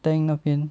tang 那边